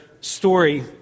story